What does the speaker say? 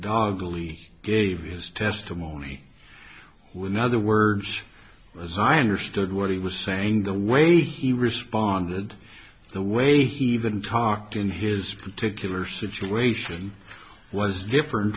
dog gave his testimony with other words as i understood what he was saying the way he responded the way he even talked in his particular situation was different